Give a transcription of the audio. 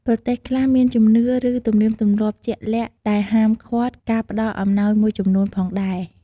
ប្រទេសខ្លះមានជំនឿ ឬទំនៀមទម្លាប់ជាក់លាក់ដែលហាមឃាត់ការផ្តល់អំណោយមួយចំនួនផងដែរ។